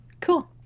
cool